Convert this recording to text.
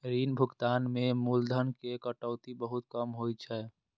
ऋण भुगतान मे मूलधन के कटौती बहुत कम होइ छै